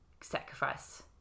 sacrifice